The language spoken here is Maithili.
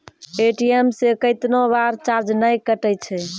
ए.टी.एम से कैतना बार चार्ज नैय कटै छै?